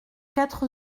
quatre